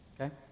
okay